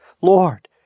Lord